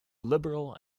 liberal